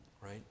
right